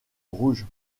rouges